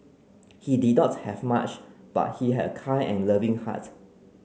he did not have much but he had a kind and loving heart